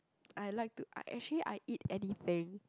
I like to I actually I eat anything